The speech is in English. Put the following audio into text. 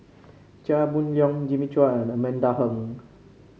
Chia Boon Leong Jimmy Chua and Amanda Heng